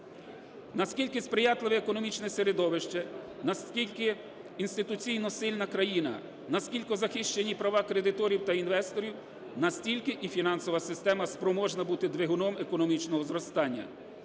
Наскільки сприятливе економічне середовище, наскільки інституційно сильна країна, наскільки захищені права кредиторів та інвесторів, настільки і фінансова система спроможна бути двигуном економічного зростання.